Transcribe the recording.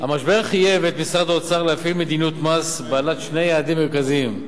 המשבר חייב את משרד האוצר להפעיל מדיניות מס בעלת שני יעדים מרכזיים: